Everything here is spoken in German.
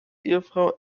ehefrau